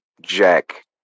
Jack